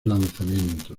lanzamiento